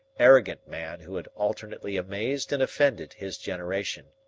arrogant man who had alternately amazed and offended his generation.